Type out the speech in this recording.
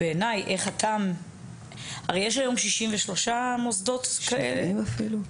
הרי, יש היום כ-63 מוסדות כאלה --- 70, אפילו.